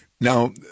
Now